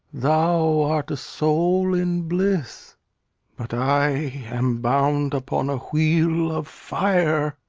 thou art a soul in bliss but i am bound upon a wheel of fire,